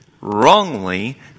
wrongly